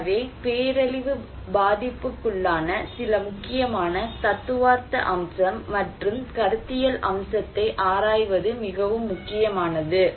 எனவே பேரழிவு பாதிப்புக்குள்ளான சில முக்கியமான தத்துவார்த்த அம்சம் மற்றும் கருத்தியல் அம்சத்தை ஆராய்வது மிகவும் முக்கியமானது